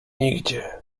nigdzie